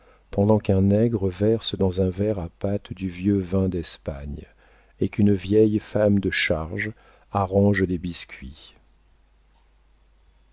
pendant qu'un nègre verse dans un verre à patte du vieux vin d'espagne et qu'une vieille femme de charge arrange des biscuits